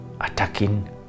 attacking